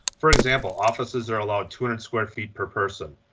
for example, offices are allowed two hundred square feet per person.